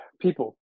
people